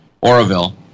Oroville